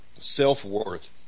self-worth